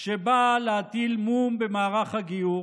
שבאה להטיל מום במערך הגיור